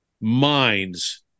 minds